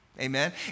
Amen